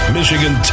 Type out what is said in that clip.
Michigan